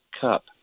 cup